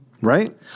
Right